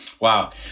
Wow